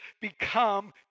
become